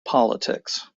politics